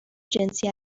جنسی